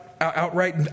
outright